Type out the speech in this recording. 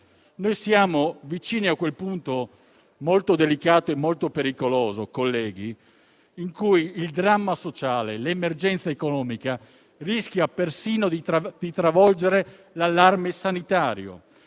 più. Siamo vicini a quel punto molto delicato e pericoloso in cui il dramma sociale e l'emergenza economica rischiano persino di travolgere l'allarme sanitario.